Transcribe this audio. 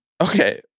Okay